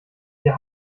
wir